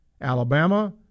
Alabama